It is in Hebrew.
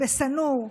בשא-נור.